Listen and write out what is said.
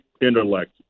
intellect